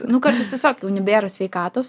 nu kartais tiesiog jau nebėra sveikatos